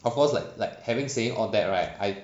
of course like like having saying all that right I